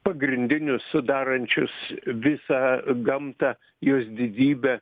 pagrindinius sudarančius visą gamtą jos didybę